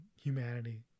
humanity